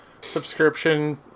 subscription